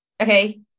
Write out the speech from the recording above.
okay